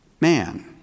man